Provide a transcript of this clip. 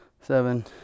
seven